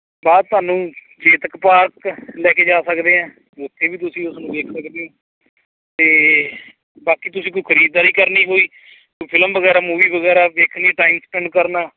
ਬਾਅਦ ਤੁਹਾਨੂੰ ਚੇਤਕ ਪਾਰਕ ਲੈ ਕੇ ਜਾ ਸਕਦੇ ਹੈ ਉੱਥੇ ਵੀ ਤੁਸੀਂ ਉਸ ਨੂੰ ਵੇਖ ਸਕਦੇ ਅਤੇ ਬਾਕੀ ਤੁਸੀਂ ਕੋਈ ਖਰੀਦਦਾਰੀ ਕਰਨੀ ਹੋਈ ਕੋਈ ਫਿਲਮ ਵਗੈਰਾ ਮੂਵੀ ਵਗੈਰਾ ਦੇਖਣੀ ਟਾਈਮ ਸਪੈਂਡ ਕਰਨਾ